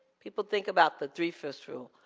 people think about the three fifths rule.